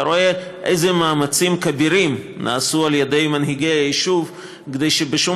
אתה רואה איזה מאמצים כבירים עשו מנהיגי היישוב כדי שבשום